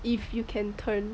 if you can turn